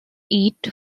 eat